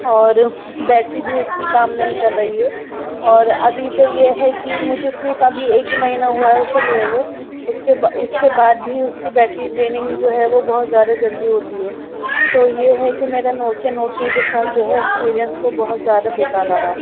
اور بیٹری بھی اس کی کام نہیں کر رہی ہے اور ابھی تو یہ ہے کہ مجھے صرف ابھی ایک مہینہ ہوا ہے اسے لیے ہوئے اس کے با اس کے بعد بھی اس کی بیٹری ڈریننگ جو ہے وہ بہت زیادہ جلدی ہوتی ہے تو یہ ہے کہ میرا نوکیا نورڈ ٹو کے ساتھ جو ہے ایکسپیرئنس وہ بہت زیادہ بیکار رہا